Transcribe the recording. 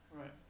Right